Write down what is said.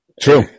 True